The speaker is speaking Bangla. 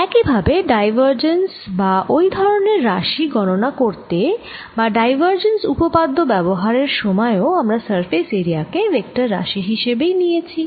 একই ভাবে ডাইভারজেন্স বা ওই ধরনের রাশি গণনা করতে বা ডাইভারজেন্স উপপাদ্য ব্যবহার এর সময়েও আমরা সারফেস এরিয়া কে ভেক্টর রাশি হিসেবেই নিয়েছি